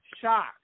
shocked